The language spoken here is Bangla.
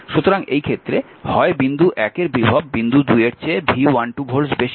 সুতরাং এই ক্ষেত্রে হয় বিন্দু 1 এর বিভব বিন্দু 2 এর চেয়ে V12 ভোল্টস বেশি